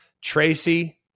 Tracy